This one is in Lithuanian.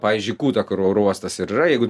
pavyzdžiui kuta kur oro uostas ir yra jeigu